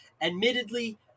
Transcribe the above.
Admittedly